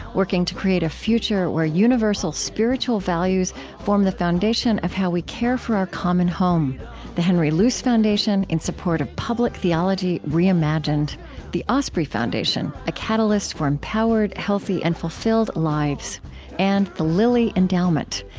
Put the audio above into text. working to create a future where universal spiritual values form the foundation of how we care for our common home the henry luce foundation, in support of public theology reimagined the osprey foundation a catalyst for empowered, healthy, and fulfilled lives and the lilly endowment,